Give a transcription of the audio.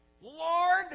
Lord